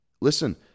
listen